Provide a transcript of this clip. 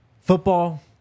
Football